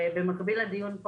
ובמקביל לדיון הזה,